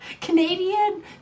Canadian